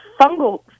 fungal